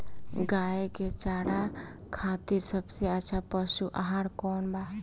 गाय के चारा खातिर सबसे अच्छा पशु आहार कौन बा?